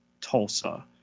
Tulsa